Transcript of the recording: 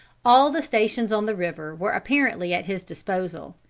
all the stations on the river were apparently at his disposal,